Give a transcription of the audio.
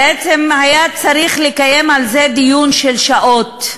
בעצם היה צריך לקיים על זה דיון של שעות,